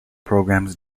programs